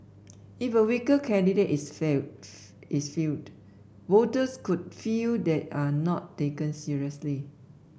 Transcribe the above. if a weaker candidate is fell is fielded voters could feel they are not taken seriously